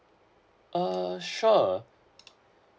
uh sure